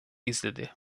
izledi